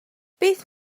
beth